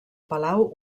palau